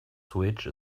switch